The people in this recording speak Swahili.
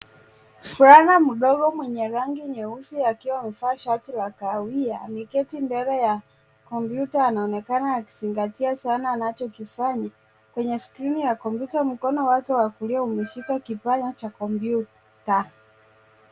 Msichana mdogo mwenye rangi nyeusi akiwa amevaa shati ya kahawia ameketi mbele ya kompyuta anaonekana akizingatia sana anachokifanya. Kwenye skrini ya kompyuta mkono wake wa kulia umeshika kipanya cha kompyuta.